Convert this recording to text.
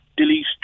delete